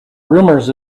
rumors